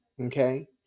Okay